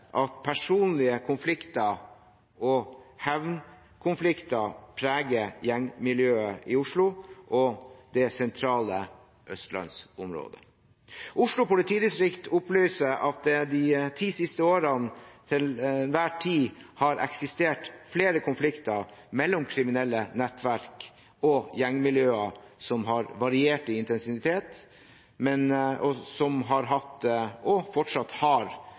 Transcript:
at personlige konflikter og hevnkonflikter preger gjengmiljøet i Oslo og det sentrale østlandsområdet. Oslo politidistrikt opplyser at det de ti siste årene til enhver tid har eksistert flere konflikter mellom kriminelle nettverk og gjengmiljøer, som har variert i intensitet, og som har hatt og fortsatt har